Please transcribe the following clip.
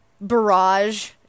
barrage